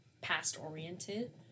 past-oriented